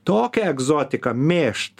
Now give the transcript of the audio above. tokia egzotika mėžt